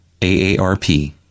AARP